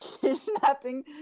kidnapping